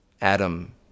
Adam